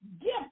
gift